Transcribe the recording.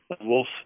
wolf